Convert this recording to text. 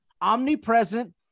omnipresent